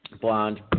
blonde